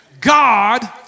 God